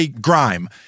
Grime